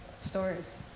stories